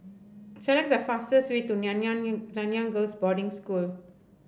select the fastest way to Nanyang Girls' Boarding School